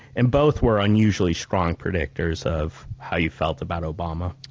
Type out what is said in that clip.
and both were unusually strong predictors of how you felt about obama.